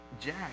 jack